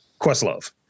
Questlove